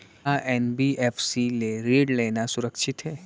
का एन.बी.एफ.सी ले ऋण लेना सुरक्षित हे?